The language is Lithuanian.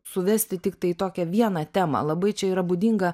suvesti tiktai į tokią vieną temą labai čia yra būdinga